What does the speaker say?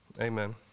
Amen